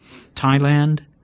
Thailand